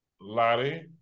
Lottie